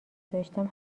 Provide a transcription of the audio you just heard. داشتم